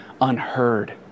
unheard